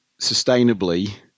sustainably